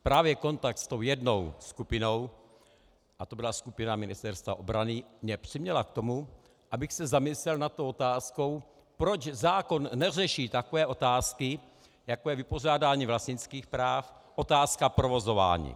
Právě kontakt s jednou skupinou, a to byla skupina Ministerstva obrany, mě přiměl k tomu, abych se zamyslel nad otázkou, proč zákon neřeší takové otázky, jako je vypořádání vlastnických práv, otázka provozování.